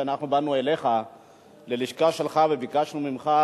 כשבאנו אליך ללשכה שלך וביקשנו ממך